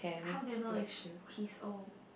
how do you know is his old